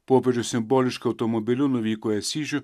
popiežius simboliškai automobiliu nuvyko į asyžių